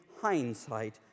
hindsight